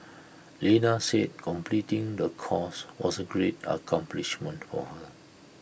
Lena said completing the course was A great accomplishment for her